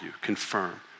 confirm